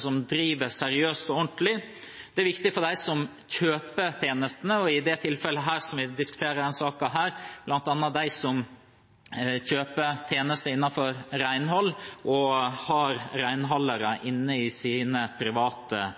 som driver seriøst og ordentlig. Det er viktig for dem som kjøper tjenestene – i det tilfellet vi diskuterer i denne saken, bl.a. dem som kjøper tjenester innenfor renhold og har renholdere inne i sine private